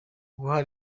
guha